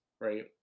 right